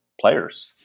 players